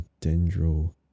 dendro